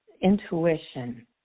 intuition